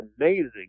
amazing